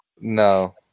No